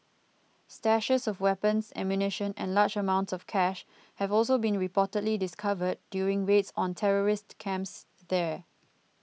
stashes of weapons ammunition and large amounts of cash have also been reportedly discovered during raids on terrorist camps there